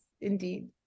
indeed